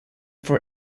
for